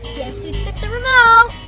guess who took the remote?